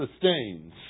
sustains